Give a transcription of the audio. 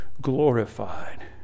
glorified